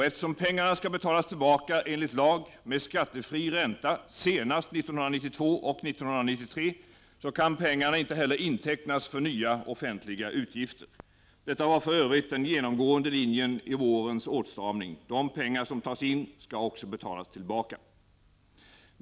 Eftersom pengarna skall betalas tillbaka enligt lag, med skattefri ränta senast 1992 och 1993, kan pengarna inte heller intecknas för nya offentliga utgifter. Detta var för övrigt den genomgående linjen i vårens åtstramning; de pengar som tas in skall också betalas tillbaka.